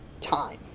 time